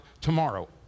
tomorrow